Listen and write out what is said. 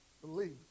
believe